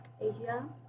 Asia